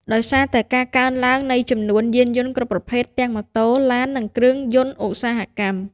ដោយសារតែការកើនឡើងនៃចំនួនយានយន្តគ្រប់ប្រភេទទាំងម៉ូតូ ឡាន និងគ្រឿងយន្តឧស្សាហកម្ម។